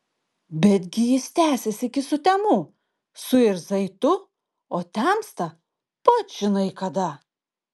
betgi jis tęsis iki sutemų suirzai tu o temsta pats žinai kada